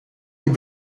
est